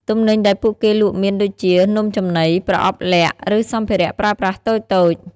ទំនិញដែលពួកគេលក់មានដូចជា នំចំណី ប្រអប់លាក់ ឬសម្ភារៈប្រើប្រាស់តូចៗ។